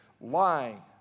lying